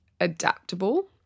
adaptable